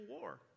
war